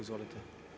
Izvolite.